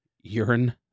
Urine